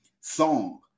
song